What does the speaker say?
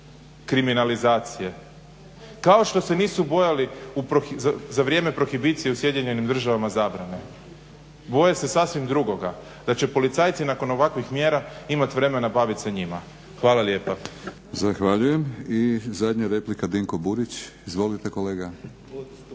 kriminalizacije, kao što se nisu bojali za vrijeme prohibicije u Sjedinjenim Državama zabrane, boje se sasvim drugoga, da će policajci nakon ovakvih mjera imati vremena baviti se njima. Hvala lijepa. **Batinić, Milorad (HNS)** Zahvaljujem. I zadnja replika Dinko Burić. Izvolite kolega.